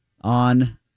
on